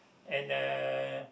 and the